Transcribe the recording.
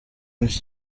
menshi